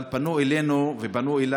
אבל פנו אלינו ראשי רשויות,